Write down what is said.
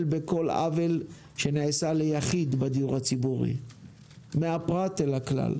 בכל עוול שנעשה ליחיד בדיור הציבורי מהפרט אל הכלל.